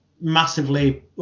massively